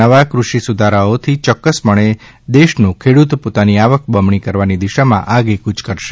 નવા કૃષિ સુધારાઓથી ચોક્કસપણે દેશનો ખેડૂત પાતાની આવક બમણી કરવાની દિશામાં આગેકુચ કરશે